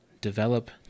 develop